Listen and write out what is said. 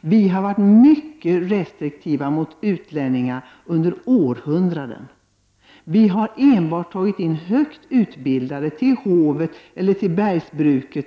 Vi har under århundraden varit mycket restriktiva mot utlänningar och tagit in enbart högt utbildade till hovet eller till bergsbruket.